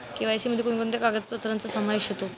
KYC मध्ये कोणकोणत्या कागदपत्रांचा समावेश होतो?